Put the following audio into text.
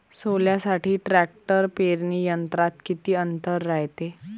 सोल्यासाठी ट्रॅक्टर पेरणी यंत्रात किती अंतर रायते?